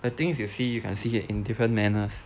the things you see you can see it in different manners